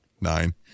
Nine